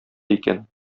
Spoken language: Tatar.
икән